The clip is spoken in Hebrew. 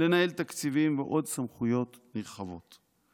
לנהל תקציבים ועוד סמכויות נרחבות.